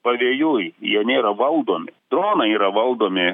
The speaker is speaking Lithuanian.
pavėjui jie nėra valdomi dronai yra valdomi